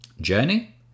journey